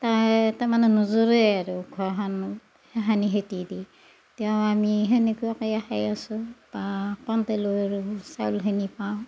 তাৰে তাৰমানে নোজোৰে আৰু ঘৰখন সেইখিনি খেতি দি তেও আমি সেনেকুৱাকে খাই আছোঁ বা কণ্ট্ৰ'লৰো চাউলখিনি পাওঁ